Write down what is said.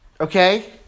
Okay